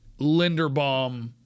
Linderbaum